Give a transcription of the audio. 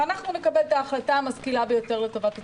ואנחנו נקבל את ההחלטה המשכילה ביותר לטובת הציבור.